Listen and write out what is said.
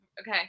Okay